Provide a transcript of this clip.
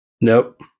Nope